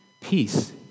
Peace